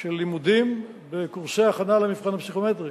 של הלימודים וקורסי ההכנה למבחן הפסיכומטרי.